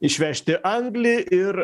išvežti anglį ir